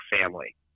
family